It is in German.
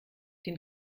den